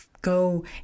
go